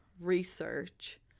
research